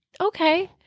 okay